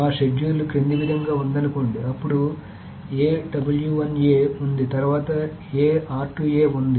మా షెడ్యూల్ క్రింది విధంగా ఉందనుకోండి అప్పుడు a ఉంది తరువాత a ఉంది